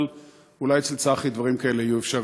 אבל אולי אצל צחי דברים כאלה יהיו אפשריים.